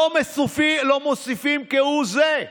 לא מוסיפות כהוא זה.